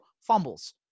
Fumbles